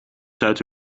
zuid